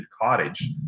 cottage